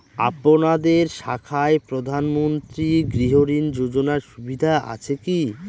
আপনাদের শাখায় প্রধানমন্ত্রী গৃহ ঋণ যোজনার সুবিধা আছে কি?